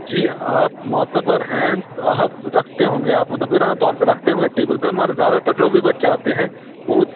جی آپ معتبر ہیں تو آپ رکھتے ہوں گے آپ مدبرانہ طور پہ رکھتے ہوں گے ٹیبل پہ مگر زیادہ تر جو بھی بچے آتے ہیں وہ